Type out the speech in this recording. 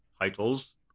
titles